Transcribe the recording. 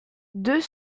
deux